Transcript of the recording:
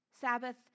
Sabbath